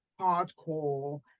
hardcore